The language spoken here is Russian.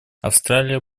австралия